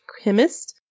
chemist